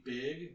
big